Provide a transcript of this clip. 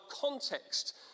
context